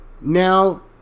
Now